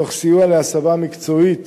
תוך סיוע להסבה מקצועית